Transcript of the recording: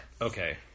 Okay